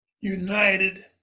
united